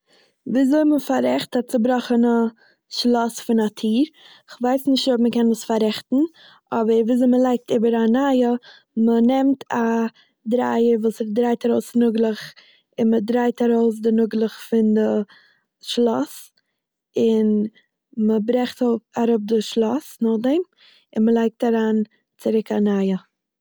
וויזוי מ'פארעכט א צובראכענע שלאס פון א טיר. כ'ווייס נישט אויב מ'קען עס פארעכטן. וויזוי מ'לייגט איבער א נייע- מ'נעמט א דרייער וואס ס'דרייט ארויס נאגלעך, און מ'דרייט ארויס די נאגלעך פון די שלאס, און מ'ברעכט אוי- אראפ די שלאס נאכדעם, און מ'לייגט אריין צוריק א נייע.